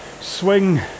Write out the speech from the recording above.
swing